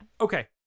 Okay